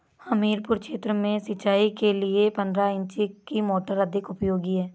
हमीरपुर क्षेत्र में सिंचाई के लिए पंद्रह इंची की मोटर अधिक उपयोगी है?